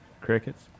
crickets